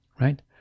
right